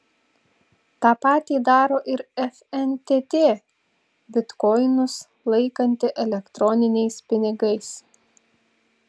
tą patį daro ir fntt bitkoinus laikanti elektroniniais pinigais